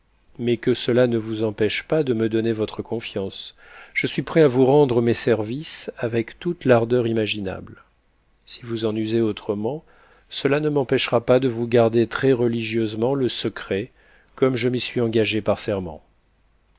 mats que cela ne vous empêche pas de me donner votre connance je suis prêt à vous rendre mes services avec toute l'ardeur imaginable si vous en usez autrement cela ne m'empêchera pas de vous garder trèsreligieusement le secret comme je m'y suis engagé par serment